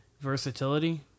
versatility